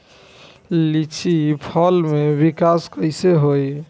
लीची फल में विकास कइसे होई?